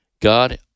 god